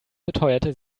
beteuerte